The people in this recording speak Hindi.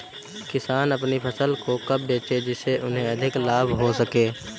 किसान अपनी फसल को कब बेचे जिसे उन्हें अधिक लाभ हो सके?